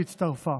שהצטרפה.